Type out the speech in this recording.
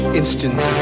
instance